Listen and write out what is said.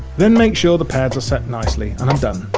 then make sure the pads are sat nicely and i'm done.